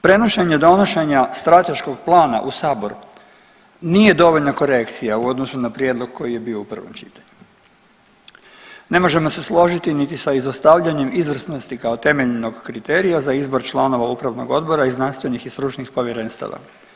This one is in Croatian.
Prenošenja donošenja strateškog plana u sabor nije dovoljna korekcija u odnosu na prijedlog koji je bio u prvom čitanju. ne možemo se složiti niti sa izostavljanjem izvrsnosti kao temeljnog kriterija za izbor članova upravnog odbora i znanstvenih i stručnih povjerenstava.